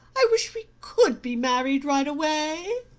i wish we could be married right away!